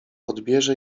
odbierze